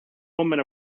woman